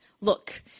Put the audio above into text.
look